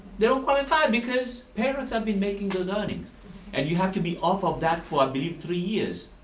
they don't qualify because parents have been making those earnings and you have to be off of that for i believe three years